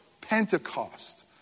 Pentecost